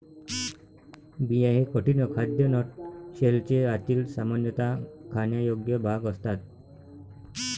बिया हे कठीण, अखाद्य नट शेलचे आतील, सामान्यतः खाण्यायोग्य भाग असतात